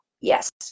Yes